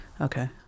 okay